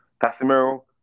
Casimiro